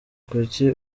kuki